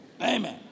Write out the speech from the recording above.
Amen